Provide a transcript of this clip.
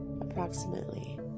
approximately